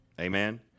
Amen